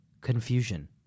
Confusion